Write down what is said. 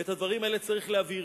את הדברים האלה צריך להבהיר.